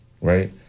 right